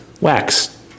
Wax